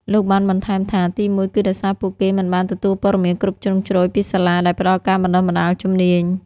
លោកបានបន្ថែមថា ទីមួយ គឺដោយសារពួកគេមិនបានទទួលព័ត៌មានគ្រប់ជ្រុងជ្រោយពីសាលាដែលផ្តល់ការបណ្តុះបណ្តាលជំនាញ។